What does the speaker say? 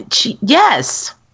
Yes